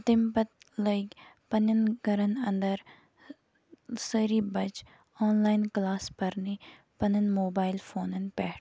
تَمہ پَتہٕ لٔگ پَننٮ۪ن گَرن اندر سٲری بَچہِ آن لاین کٕلاس پَرنہِ پَننٮ۪ن موبایل فونن پیٹھ